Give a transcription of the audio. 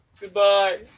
Goodbye